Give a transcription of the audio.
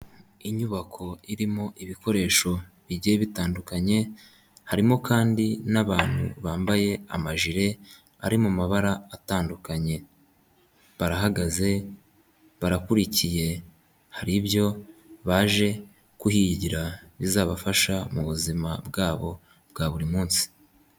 Inyubako irimo ibikoresho bijyiye bitandukanye, harimo kandi n'abantu bambaye amajire ari mu mabara atandukanye. Barahagaze barakurikiye hari ibyo baje kuhigira bizabafasha mu buzima bwabo bwa buri munsi.